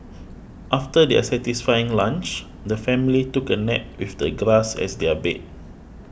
after their satisfying lunch the family took a nap with the grass as their bed